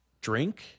Drink